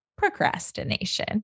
procrastination